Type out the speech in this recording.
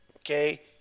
Okay